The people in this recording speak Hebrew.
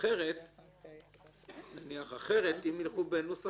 ואחרת אם ילכו בנוסח